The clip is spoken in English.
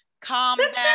Combat